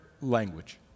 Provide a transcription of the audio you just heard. language